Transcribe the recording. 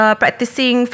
practicing